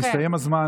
הסתיים הזמן.